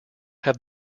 have